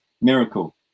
miracle